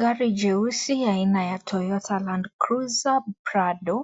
Gari jeuusi aina ya Toyota Land Cruiser Prado